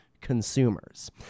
consumers